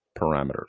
parameters